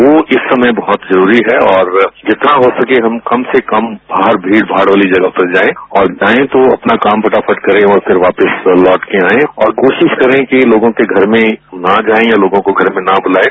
वह इस समय बहुत जरूरी है और जितना हो सके हम कम से कम बाहर भीड़ भाड़ वाली जगह पर जाए और जाएं तो अपना काम फटाफट करें और फिर वापिस लौटकर आए और कोशिश करें कि लोगों के घर में ना जाए या लोगों को घर में न बुलाएं